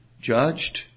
judged